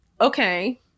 okay